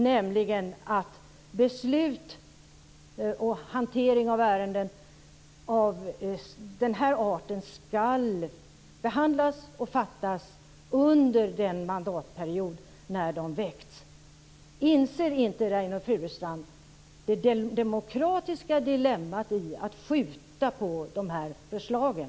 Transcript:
Hantering och beslut i ärenden av den här arten skall ske under den mandatperiod när de väcks. Inser inte Reynoldh Furustrand det demokratiska dilemmat i att skjuta upp behandlingen av de här förslagen?